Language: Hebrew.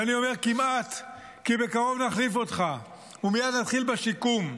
ואני אומר כמעט כי בקרוב נחליף אותך ומייד נתחיל בשיקום,